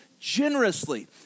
generously